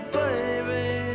baby